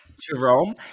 Jerome